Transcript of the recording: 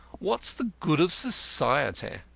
what's the good of society?